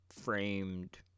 framed